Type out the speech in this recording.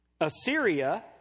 Assyria